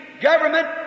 government